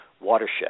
watershed